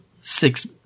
six